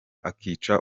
akica